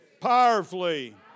powerfully